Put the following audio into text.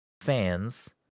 fans